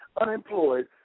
unemployed